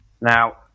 Now